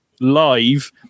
live